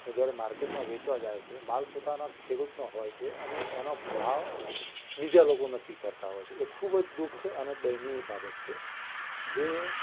જ્યારે માર્કેટમાં વેચવા જાય છે માલ પોતાના ખેડૂતનો હોય છે અને એનો ભાવ બીજા લોકો નક્કી કરતા હોય છે એ ખૂબ જ દુઃખ અને દયનિય બાબત છે જે